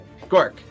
Gork